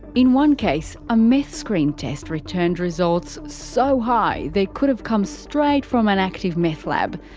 in one case, a meth screen test returned results so high they could have come straight from an active meth lab.